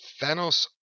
Thanos